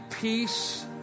peace